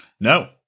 No